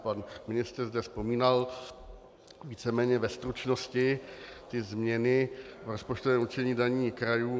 Pan ministr zde vzpomínal víceméně ve stručnosti změny rozpočtového určení daní krajů.